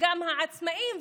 גם העצמאים,